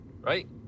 right